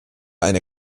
eine